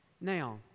Now